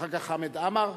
אחר כך, חמד עמאר,